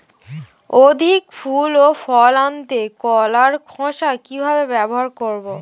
অধিক ফুল ও ফল আনতে কলার খোসা কিভাবে ব্যবহার করব?